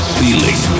feeling